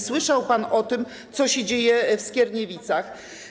Słyszał pan o tym, co się dzieje w Skierniewicach.